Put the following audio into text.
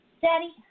Daddy